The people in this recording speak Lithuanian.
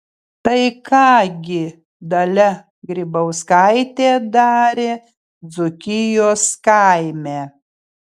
tai ką gi dalia grybauskaitė darė dzūkijos kaime